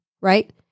Right